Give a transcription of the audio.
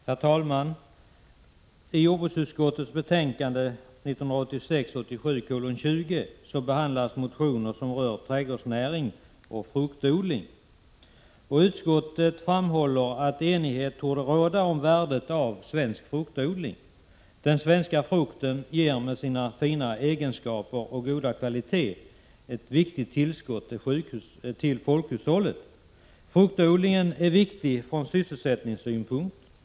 Herr talman! I jordbruksutskottets betänkande 1986/87:20 behandlas motioner som rör trädgårdsnäring och fruktodling. Utskottet framhåller att enighet torde råda om värdet av svensk fruktodling. Den svenska frukten ger med sina fina egenskaper och sin goda kvalitet ett viktigt tillskott till folkhushållet. Fruktodlingen är viktig från sysselsättningssynpunkt.